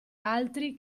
altri